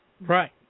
Right